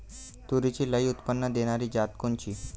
तूरीची लई उत्पन्न देणारी जात कोनची?